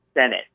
Senate